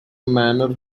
manor